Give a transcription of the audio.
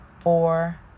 four